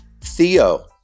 Theo